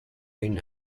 been